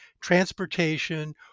transportation